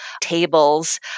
tables